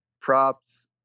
props